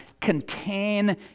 contain